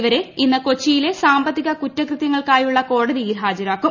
ഇവരെ ഇന്ന് കൊച്ചിയിലെ സാമ്പത്തിക കുറ്റകൃതൃങ്ങൾക്കായുള്ള കോടതിയിൽ ഹാജരാക്കും